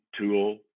Tool